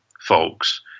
folks